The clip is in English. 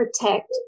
protect